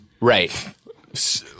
Right